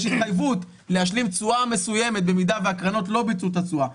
יש התחייבות להשלים תשואה מסוימת במידה שהקרנות לא ביצעו את התשואה,